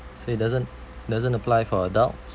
so it doesn't doesn't apply for adults